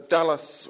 Dallas